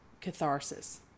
catharsis